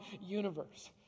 universe